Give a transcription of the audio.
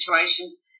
situations